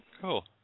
Cool